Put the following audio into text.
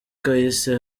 kahise